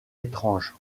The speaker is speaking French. étrange